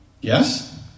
Yes